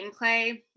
gameplay